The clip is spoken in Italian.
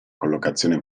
collocazione